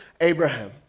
Abraham